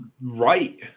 right